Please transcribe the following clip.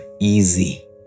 easy